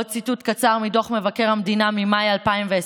עוד ציטוט קצר מדוח מבקר המדינה ממאי 2020,